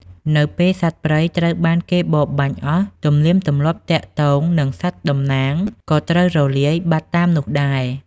នៅពេលសត្វព្រៃត្រូវបានគេបរបាញ់អស់ ទំនៀមទម្លាប់ទាក់ទងនឹងសត្វតំណាងក៏ត្រូវរលាយបាត់តាមនោះដែរ។